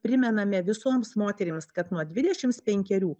primename visoms moterims kad nuo dvidešimts penkerių